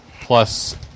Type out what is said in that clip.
plus